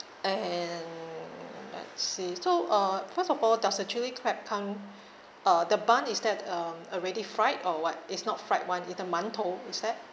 and let's see so uh first of all does the chilli crab come uh the bun is that um already fried or what it's not fried one is the mantou is that